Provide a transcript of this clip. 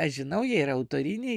aš žinau jie yra autoriniai